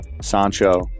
Sancho